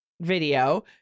video